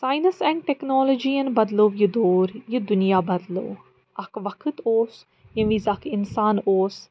science and ٹیٚکنالجیَن بدلوو یہِ دور یہِ دُنیا بدلوو اَکھ وقت اوس ییٚمہِ وِزِۍ اَکھ انسان اوس